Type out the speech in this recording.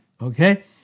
Okay